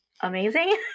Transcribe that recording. amazing